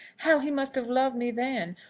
how he must have loved me then,